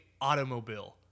automobile